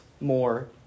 more